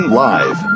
live